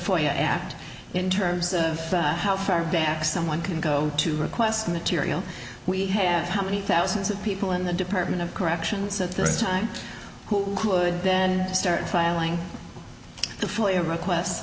foyer act in terms of how far back someone can go to request material we have how many thousands of people in the department of corrections at this time who could then start filing the foyer request